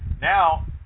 now